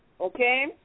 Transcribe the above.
okay